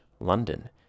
London